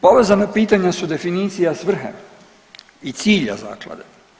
Povezana pitanja su definicija svrhe i cilja zaklade.